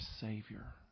Savior